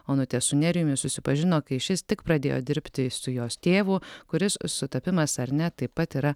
onutė su nerijumi susipažino kai šis tik pradėjo dirbti su jos tėvu kuris sutapimas ar ne taip pat yra